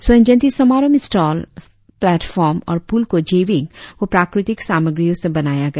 स्वर्ण जयंती समारोह में स्टॉल प्लेटफोर्म और पुल को जैविक व प्राकृतिक सामग्रियों से बनाया गया